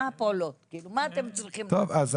מה אתם צריכים כדי להתכונן?